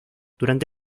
durante